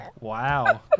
wow